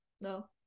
no